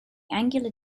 angular